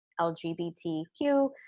LGBTQ